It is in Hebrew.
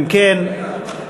אם כן,